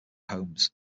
homes